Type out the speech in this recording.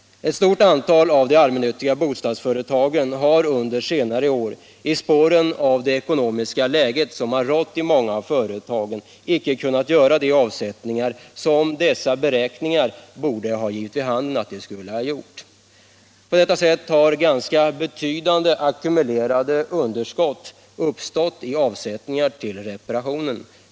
Ett stort antal av de allmännyttiga bostadsföretagen har under senare år i spåren av det ekonomiska läget icke kunnat göra de avsättningar som dessa beräkningar givit vid handen. På detta sätt har ganska betydande ackumulerade underskott uppstått i avsättningar och reparationer.